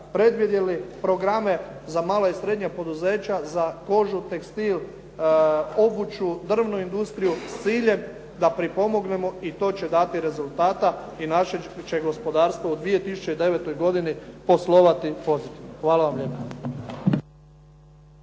predvidjeli programe za mala i srednja poduzeća za kožu, tekstil, obuću, drvnu industriju, s ciljem da pripomognemo i to će dati rezultata i naše će gospodarstvo u 2009. godini poslovati pozitivno. Hvala lijepo.